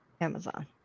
Amazon